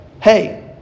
hey